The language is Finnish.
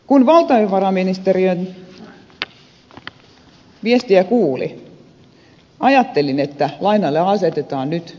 kun valtiovarainministeriön viestiä kuuli ajattelin että lainalle asetetaan nyt tiukkoja ehtoja